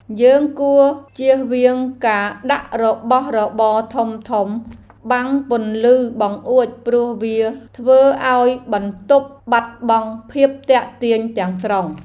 យើងគួរចៀសវាងការដាក់របស់របរធំៗបាំងពន្លឺបង្អួចព្រោះវាធ្វើឱ្យបន្ទប់បាត់បង់ភាពទាក់ទាញទាំងស្រុង។